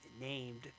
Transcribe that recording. named